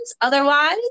otherwise